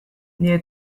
nire